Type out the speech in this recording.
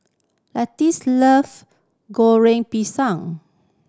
Lizette love Goreng Pisang